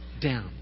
down